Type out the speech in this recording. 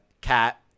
Cat